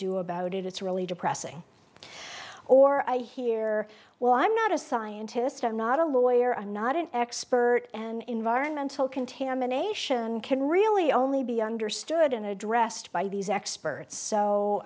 do about it it's really depressing or i hear well i'm not a scientist i'm not a lawyer i'm not an expert an environmental contamination can really only be understood in addressed by these experts so